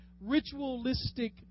ritualistic